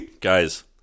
Guys